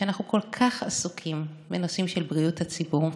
שאנחנו כל כך עסוקים בנושאים של בריאות הציבור,